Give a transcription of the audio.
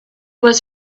was